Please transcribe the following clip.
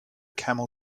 camel